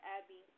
Abby